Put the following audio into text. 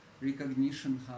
recognition